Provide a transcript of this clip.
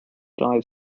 dive